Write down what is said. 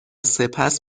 سپس